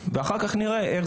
בואו נעשה את זה בוועדת חינוך.